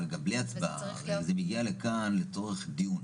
אבל גם בלי הצבעה, הרי זה מגיע לכאן לצורך הדיון.